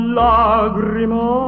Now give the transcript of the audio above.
lagrima